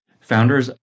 founders